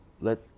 let